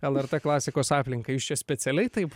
lrt klasikos aplinka jūs čia specialiai taip